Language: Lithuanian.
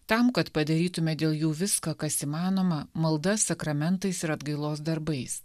tam kad padarytume dėl jų viską kas įmanoma malda sakramentais ir atgailos darbais